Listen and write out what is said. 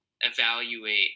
evaluate